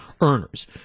earners